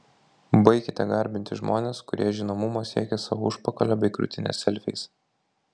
baikite garbinti žmones kurie žinomumo siekia savo užpakalio bei krūtinės selfiais